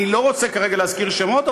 אני לא רוצה כרגע להזכיר שמות,